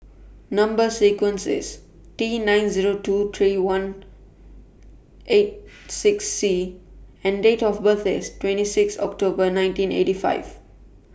Number sequence IS T nine Zero two three one eight six C and Date of birth IS twenty six October nineteen eighty five